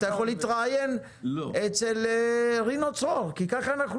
אתה יכול להתראיין אצל רינו צרור כי כך אנחנו